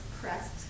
pressed